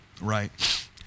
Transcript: right